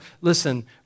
Listen